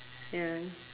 ya